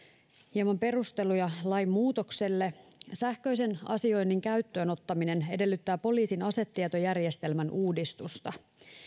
hieman perusteluja lainmuutokselle sähköisen asioinnin käyttöön ottaminen edellyttää poliisin asetietojärjestelmän uudistusta